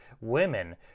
women